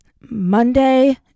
Monday